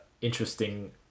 interesting